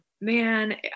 man